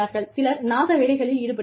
சிலர் நாசவேலைகளில் ஈடுபடுகிறார்கள்